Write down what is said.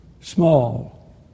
Small